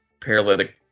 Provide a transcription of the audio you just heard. paralytic